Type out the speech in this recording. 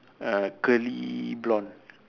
err curly blond